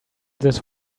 this